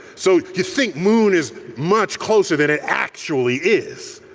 so you think moon is much closer than it actually is.